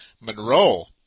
Monroe